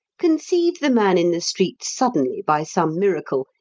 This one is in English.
conceive the man in the street suddenly, by some miracle,